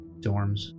dorms